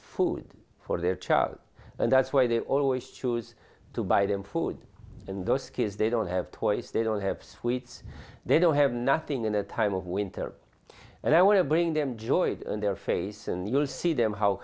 food for their child and that's why they always choose to buy them food and those kids they don't have toys they don't have sweets they don't have nothing in a time of winter and i want to bring them joy in their face and you'll see them how